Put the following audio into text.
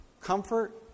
comfort